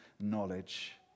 knowledge